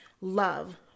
love